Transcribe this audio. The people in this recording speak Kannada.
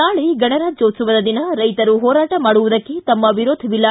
ನಾಳೆ ಗಣರಾಜ್ಯೋತ್ಸವದ ದಿನ ರೈತರು ಹೋರಾಟ ಮಾಡುವುದಕ್ಕೆ ತಮ್ಮ ವಿರೋಧವಿಲ್ಲ